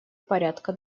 порядка